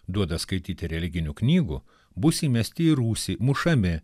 duoda skaityti religinių knygų bus įmesti į rūsį mušami